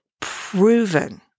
Proven